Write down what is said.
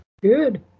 Good